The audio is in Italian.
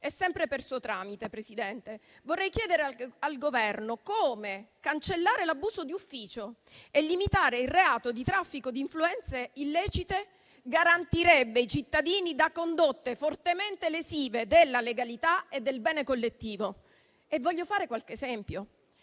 e, sempre per suo tramite, Presidente, vorrei chiedere al Governo come cancellare l'abuso d'ufficio e limitare il reato di traffico di influenze illecite garantirebbe i cittadini da condotte fortemente lesive della legalità e del bene collettivo. Voglio fare qualche esempio.